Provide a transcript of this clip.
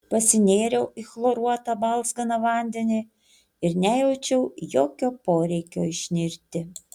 pasinėriau į chloruotą balzganą vandenį ir nejaučiau jokio poreikio išnirti